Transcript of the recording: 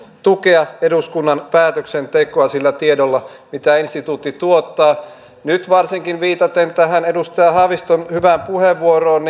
tukea eduskunnan päätöksentekoa sillä tiedolla mitä instituutti tuottaa viitaten tähän edustaja haaviston hyvään puheenvuoroon